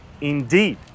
indeed